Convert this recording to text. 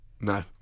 No